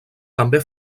també